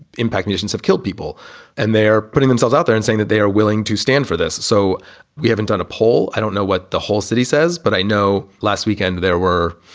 impact. nations have killed people and they are putting themselves out there and saying that they are willing to stand for this. so we haven't done a poll. i don't know what the whole city says, but i know last weekend there were,